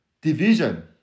division